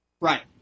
Right